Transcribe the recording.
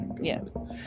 Yes